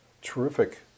terrific